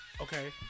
Okay